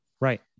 Right